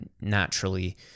naturally